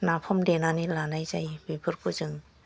नाफाम देनानै लानाय जायो बेफोरखौ जों